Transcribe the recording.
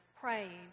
praying